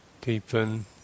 deepen